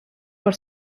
por